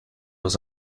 was